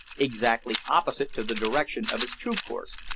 exactly opposite to the direction of his true course,